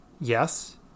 Yes